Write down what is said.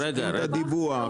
בודקים את הדיווח,